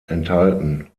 enthalten